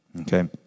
okay